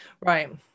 Right